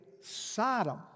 Sodom